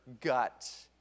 gut